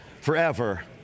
forever